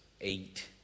eight